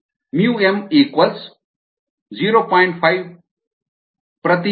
5 h 1 YxS 0